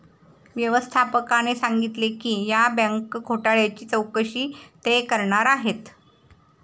व्यवस्थापकाने सांगितले की या बँक घोटाळ्याची चौकशी ते करणार आहेत